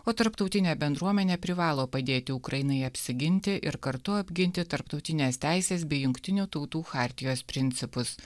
o tarptautinė bendruomenė privalo padėti ukrainai apsiginti ir kartu apginti tarptautinės teisės bei jungtinių tautų chartijos principus